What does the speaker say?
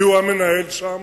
כי הוא המנהל שם,